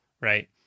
right